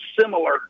similar